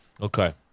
Okay